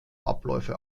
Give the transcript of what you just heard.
abläufe